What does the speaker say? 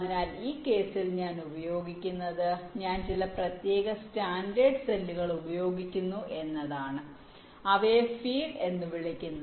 അതിനാൽ ഈ കേസിൽ ഞാൻ ചെയ്യുന്നത് ഞാൻ ചില പ്രത്യേക സ്റ്റാൻഡേർഡ് സെല്ലുകൾ ഉപയോഗിക്കുന്നു എന്നതാണ് അവയെ ഫീഡ് എന്ന് വിളിക്കുന്നു